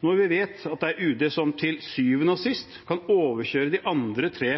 Når vi vet at det er UD som til syvende og sist kan overkjøre de andre tre